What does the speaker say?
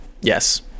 yes